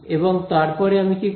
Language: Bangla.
এবং তারপর আমি কি করব